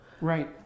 right